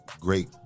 great